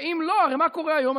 ואם לא, הרי מה קורה היום?